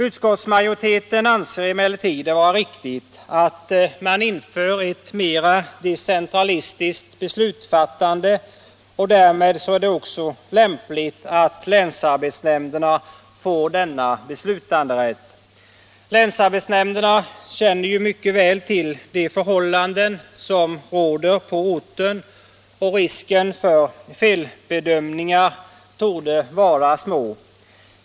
Utskottsmajoriteten anser emellertid det vara riktigt att man införett = mer decentralistiskt beslutsfattande, och därmed är det ju också lämpligt — Vissa industri och att länsarbetsnämnderna får denna beslutanderätt. Länsarbetsnämn = sysselsättningsstiderna känner mycket väl till de förhållanden som råder på orten, och = mulerande åtgärrisken för felbedömningar torde vara liten.